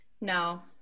no